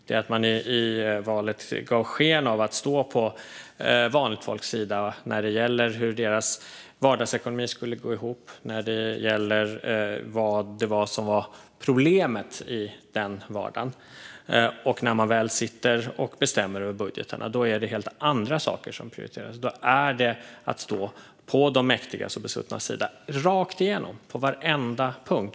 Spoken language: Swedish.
I valet gav Sverigedemokraterna sken av att stå på vanligt folks sida när det gäller hur vardagsekonomin ska gå ihop och när det gäller vad det är som är problemet i vanligt folks vardag. När Sverigedemokraterna väl sitter och bestämmer över budgetarna är det helt andra saker som prioriteras, och det är att stå på de mäktigas och besuttnas sida rakt igenom på varenda punkt.